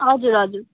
हजुर हजुर